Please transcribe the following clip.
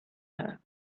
her